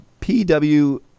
PW